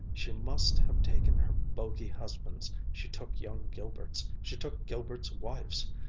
she must have taken her bogie-husband's, she took young gilbert's, she took gilbert's wife's,